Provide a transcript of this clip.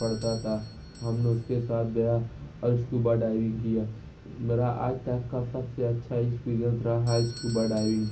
پڑھتا تھا ہم نے اس کے ساتھ گیا اور اسکوبا ڈائیونگ کیا میرا آج تک کا سب سے اچھا ایکسپیرئنس رہا ہے اسکوبا ڈائیونگ